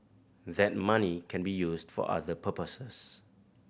that money can be used for other purposes